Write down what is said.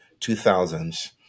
2000s